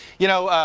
you know,